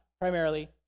primarily